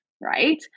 right